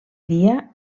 dia